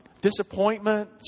Disappointment